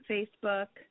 Facebook